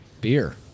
Beer